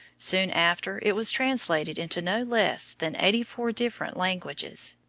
soon after it was translated into no less than eighty-four different languages,